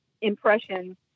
impression